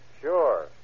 Sure